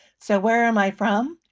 so where am i from?